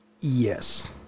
Yes